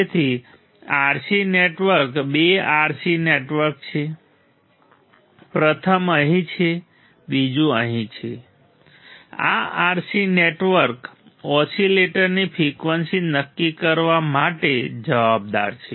તેથી RC network બે RC network છે પ્રથમ અહીં છે બીજું અહીં છે આ RC નેટવર્ક ઓસિલેટરની ફ્રિકવન્સી નક્કી કરવા માટે જવાબદાર છે